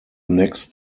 next